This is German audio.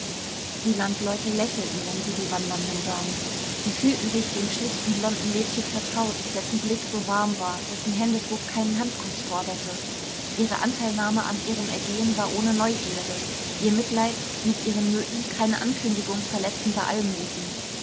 die landleute lächelten wenn sie die wandernden sahen sie fühlten sich dem schlichten blonden mädchen vertraut dessen blick so warm war dessen händedruck keinen handkuß forderte ihre anteilnahme an ihrem ergehen war ohne neugierde ihr mitleid mit ihren nöten keine ankündigung verletzender almosen